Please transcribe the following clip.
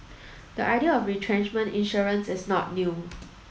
the idea of retrenchment insurance is not new